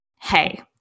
Hey